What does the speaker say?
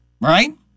Right